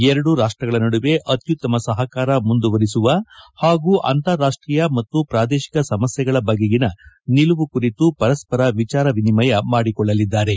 ಎರಡೂ ರಾಷ್ಷಗಳ ನಡುವೆ ಅತ್ಯುತ್ತಮ ಸಹಕಾರ ಮುಂದುವರಿಸುವ ಹಾಗೂ ಅಂತಾರಾಷ್ಷೀಯ ಪ್ರಾದೇಶಿಕ ಸಮಸ್ನೆಗಳ ಬಗೆಗಿನ ನಿಲುವು ಕುರಿತು ಪರಸ್ವರ ವಿಚಾರ ವಿನಿಮಯ ಮಾಡಿಕೊಳ್ಳಲಿದ್ದಾರೆ